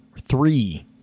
three